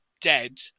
dead